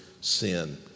sin